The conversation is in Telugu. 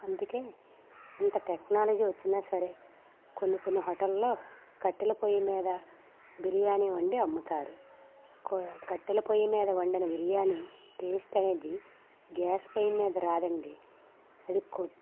అందుకే ఇంత టెక్నాలజీ వచ్చినా సరే కొన్ని కొన్ని హోటల్లో కట్టెల పొయ్యి మీద బిర్యాని వండి అమ్ముతారు కో కట్టెల పొయ్యి మీద వండిన బిర్యాని టేస్ట్ అనేది గ్యాస్ పొయ్యి మీద రాదండి అది కో